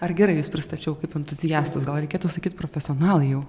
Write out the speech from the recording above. ar gerai jus pristačiau kaip entuziastus gal reikėtų sakyt profesionalai jau